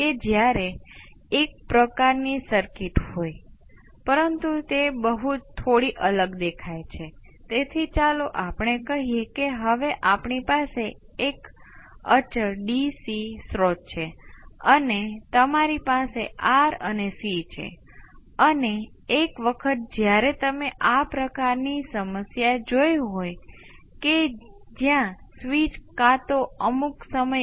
તેથી આ વિચારને સંયોજિત કરો કે એક્સપોનેનશીયલ st નો ફોર્સ રિસ્પોન્સ એ પણ એક્સપોનેનશીયલ st છે અને તમે કોઈપણ ઇનપુટને એક્સપોનેનશીયલ st ના આંકડાની દ્રષ્ટિએ વિઘટિત કરી શકો છો જે તમે જાણો છો કે સ્ક્વેર વેવ એ કેટલાક સાઇન અને હાર્મોનિક વેવ છે જે સમાન આવ્રુતિ પર 1 કિલો સ્ક્વેર વેવ પર સાઇન વેવ 1કિલો હર્ટ્ઝ 2 અને 3 અને વધુ હશે